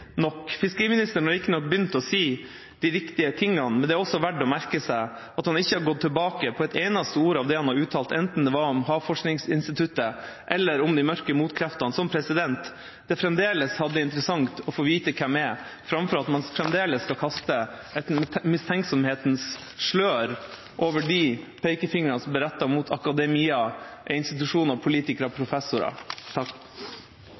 nok. Fiskeriministeren har riktignok begynt å si de riktige tingene, men det er også verdt å merke seg at han ikke har gått tilbake på et eneste ord av det han har uttalt, verken om Havforskningsinstituttet eller om «de mørke motkreftene» – som det fremdeles hadde vært interessant å få vite hvem er, fremfor at man fremdeles skal kaste et mistenksomhetens slør over de pekefingrene som blir rettet mot akademia, institusjoner, politikere